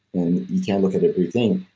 and you can't look at everything.